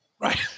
right